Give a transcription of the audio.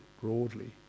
broadly